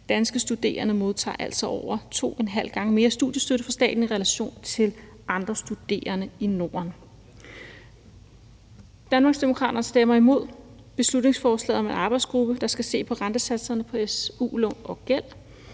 Danske studerende modtager altså over to en halv gang mere i studiestøtte fra staten sammenlignet med andre studerende i Norden. Danmarksdemokraterne stemmer imod beslutningsforslaget om en arbejdsgruppe, der skal se på rentesatserne for su-lån og -gæld,